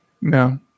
No